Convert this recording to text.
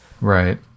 Right